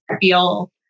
feel